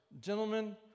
gentlemen